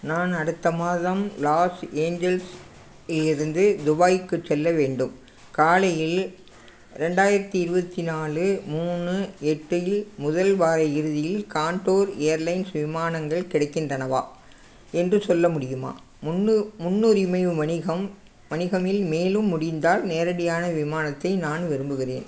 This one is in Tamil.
நான் அடுத்த மாதம் லாஸ் ஏஞ்சல்ஸ் இலிருந்து துபாய்க்குச் செல்ல வேண்டும் காலையில் ரெண்டாயிரத்தி இருபத்தி நாலு மூணு எட்டில் முதல் வார இறுதியில் காண்ட்டோர் ஏர்லைன்ஸ் விமானங்கள் கிடைக்கின்றனவா என்று சொல்ல முடியுமா முன்னு முன்னுரிமை வணிகம் வணிகமில் மேலும் முடிந்தால் நேரடியான விமானத்தை நான் விரும்புகின்றேன்